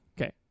Okay